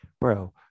Bro